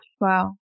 Wow